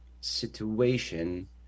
situation